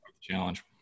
challenge